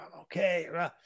okay